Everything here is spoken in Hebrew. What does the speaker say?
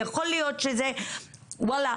וואללה,